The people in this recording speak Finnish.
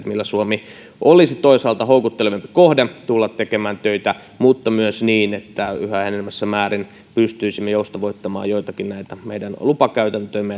millä suomi olisi toisaalta houkuttelevampi kohde tulla tekemään töitä mutta myös niin että yhä enenevässä määrin pystyisimme joustavoittamaan joitakin näitä meidän lupakäytäntöjämme